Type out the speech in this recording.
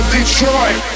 Detroit